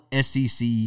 SEC